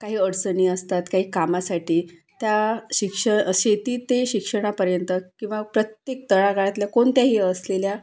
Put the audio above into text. काही अडचणी असतात काही कामासाठी त्या शिक्ष शेती ते शिक्षणापर्यंत किंवा प्रत्येक तळागाळातल्या कोणत्याही असलेल्या